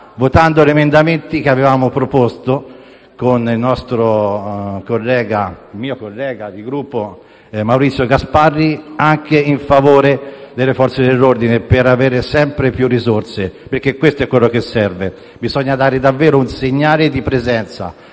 votando gli emendamenti che avevamo proposto con il mio collega di Gruppo, Maurizio Gasparri, anche in favore delle Forze dell'ordine, per avere sempre più risorse. Questo, infatti, è ciò che serve. Bisogna davvero dare un segnale di presenza.